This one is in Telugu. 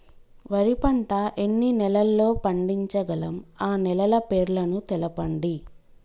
వరి పంట ఎన్ని నెలల్లో పండించగలం ఆ నెలల పేర్లను తెలుపండి?